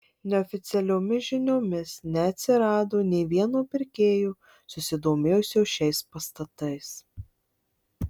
neoficialiomis žiniomis neatsirado nė vieno pirkėjo susidomėjusio šiais pastatais